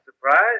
surprise